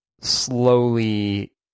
slowly